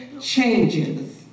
changes